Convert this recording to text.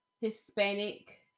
Hispanic